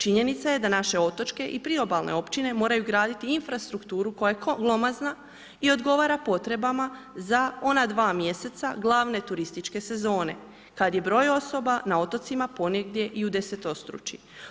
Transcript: Činjenica je da naše otočke i priobalne općine moraju graditi infrastrukturu koja je glomazna i odgovara potrebama za ona dva mjeseca glavne turističke sezone kad se broj osoba ponegdje i udesetostruči.